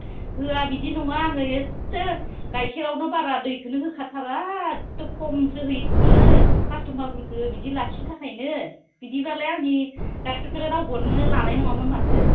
होआ बिदि नङा आङो एथ' गायखेरावनो बारा दैखोनो होखाथारा एथ' खमसो होयो आङो कास्टमारफोरखो बिदि लाखिनो थाखायनो बिदिब्लालाय आंनि गायखेरखोनो रावबोआनो लानाय नङामोन माथो